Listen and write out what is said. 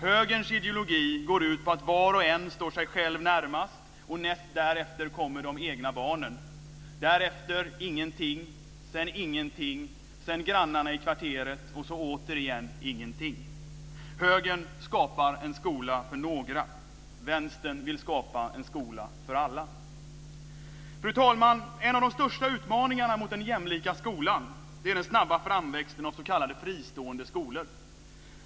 Högerns ideologi går ut på att var och en står sig själv närmast, och näst därefter kommer de egna barnen. Därefter ingenting, sedan ingenting, sedan grannarna i kvarteret och så återigen ingenting. Högern skapar en skola för några. Vänstern vill skapa en skola för alla. Fru talman! En av de största utmaningarna mot den jämlika skolan är den snabba framväxten av s.k. fristående skolor.